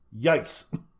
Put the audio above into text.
Yikes